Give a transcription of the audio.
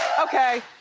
okay.